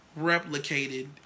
replicated